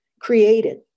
created